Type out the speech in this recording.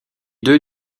deux